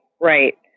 Right